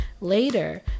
later